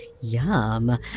Yum